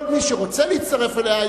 כל מי שרוצה להצטרף אליה,